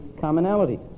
commonality